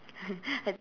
and